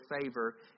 favor